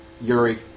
Yuri